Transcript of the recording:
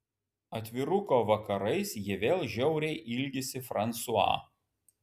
atviruko vakarais ji vėl žiauriai ilgisi fransua